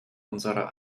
unserer